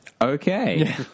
Okay